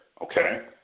okay